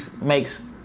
makes